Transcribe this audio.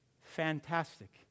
Fantastic